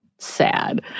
sad